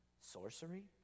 sorcery